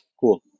cool